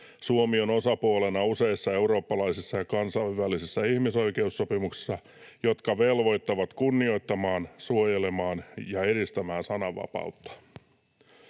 Suomi on osapuolena useissa eurooppalaisissa ja kansainvälisissä ihmisoikeussopimuksissa, jotka velvoittavat kunnioittamaan, suojelemaan ja edistämään sananvapautta.”